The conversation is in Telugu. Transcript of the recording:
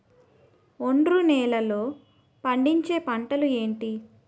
ఒండ్రు నేలలో పండించే పంటలు ఏంటి?